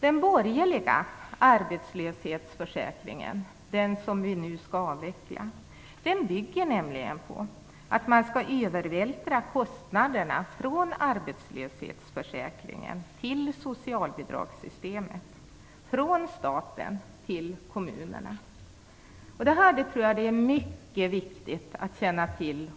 Den borgerliga arbetslöshetsförsäkringen, som nu skall avvecklas, bygger på att kostnaderna skall övervältras från arbetslöshetsförsäkringen till socialbidragssystemet, från staten till kommunerna. Detta är mycket viktigt att känna till.